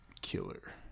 killer